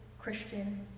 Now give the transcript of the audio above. Christian